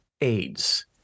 aids